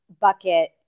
bucket